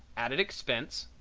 added expense,